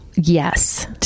Yes